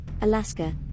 Alaska